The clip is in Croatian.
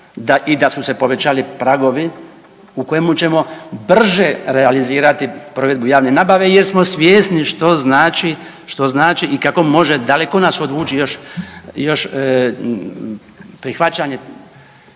i da su se povećali pragovi u kojem ćemo brže realizirati provedbu javne nabave jer smo svjesni što znači i kako može daleko nas odvući još prihvaćanje